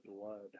blood